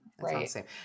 Right